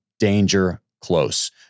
DANGERCLOSE